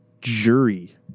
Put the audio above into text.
jury